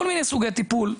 כל מיני סוגי טיפול.